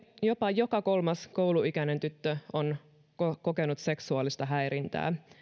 jopa joka kolmas kouluikäinen tyttö on kokenut seksuaalista häirintää